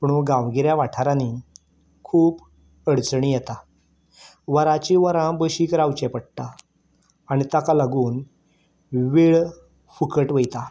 पूण गांवगिऱ्या वाठारांनी खूब अडचणी येता वरांचीं वरां बशीक रावचें पडटा आनी ताका लागून वेळ फुकट वयता